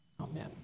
amen